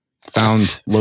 found